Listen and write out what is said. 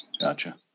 Gotcha